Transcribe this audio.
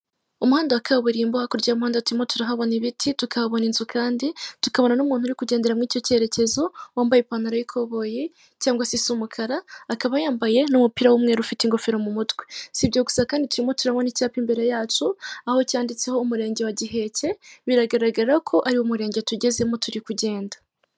Umuhanda wa kaburimbo hakurya y'umuhanda turimo turahabona ibiti, tukabona inzu kandi, tukabona n'umuntu uri kugendera muri icyo cyerekezo wambaye ipantalo y'ikoboyi cyangwa se isa umukara akaba yambaye n'umupira w'umweru ufite ingofero mu mutwe, sibyo gusa kandi turimo turabona icyapa imbere yacu aho cyanditseho murenge wa Giheke biragaragara ko ariwo murenge tugezemo turi kugenda.